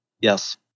Yes